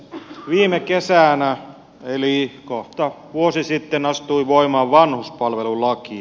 viime kesänä eli kohta vuosi sitten astui voimaan vanhuspalvelulaki